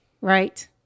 right